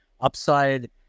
upside